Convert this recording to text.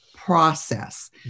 process